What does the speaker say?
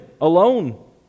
alone